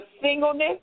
singleness